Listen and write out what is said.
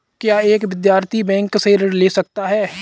क्या एक विद्यार्थी बैंक से ऋण ले सकता है?